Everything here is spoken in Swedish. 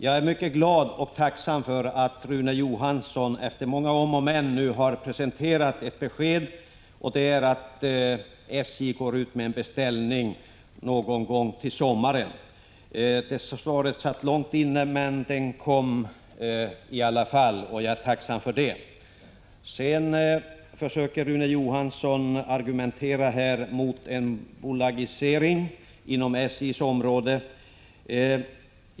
Jag är mycket glad och tacksam för att Rune Johansson nu efter många om och men har presenterat ett besked, att SJ går ut med en beställning någon gång till sommaren. Det beskedet satt långt inne men kom till slut, och jag är tacksam för det. Sedan försöker Rune Johansson argumentera mot en bolagisering inom SJ:s område.